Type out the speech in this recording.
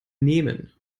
nehmen